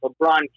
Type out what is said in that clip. LeBron